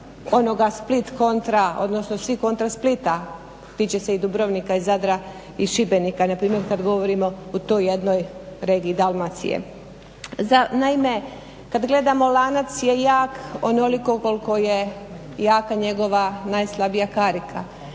onoga Split kontra, odnosno svi kontra Splita, tiče se i Dubrovnika i Zadra i Šibenika, npr. kad govorimo u toj jednoj regiji Dalmacije. Za naime, kad gledamo lanac je jak onoliko je jaka njegova najslabija karika.